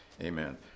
Amen